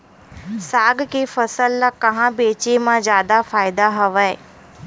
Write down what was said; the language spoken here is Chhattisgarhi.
साग के फसल ल कहां बेचे म जादा फ़ायदा हवय?